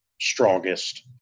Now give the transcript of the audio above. strongest